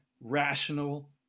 rational